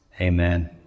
Amen